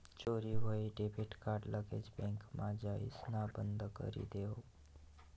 चोरी व्हयेल debit card लगेच बँकमा जाइसण बंदकरी देवो